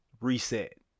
reset